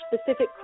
specific